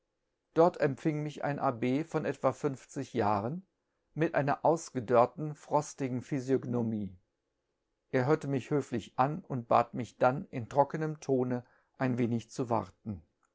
ort empfing mich ein abb von etwa fünfzig jahren mit einer auögebörrten froftigen sphqftognomie er hörte mich höflich an unb bat mich bann in trodfenem one ein wenig ju warten